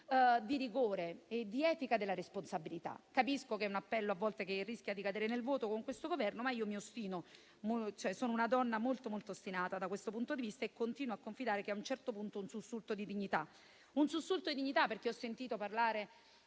di rigore e di etica della responsabilità. Capisco che è un appello che a volte rischia di cadere nel vuoto con questo Governo, ma io sono una donna molto ostinata da questo punto di vista e continuo a confidare che a un certo punto vi sia un sussulto di dignità. Ho sentito parlare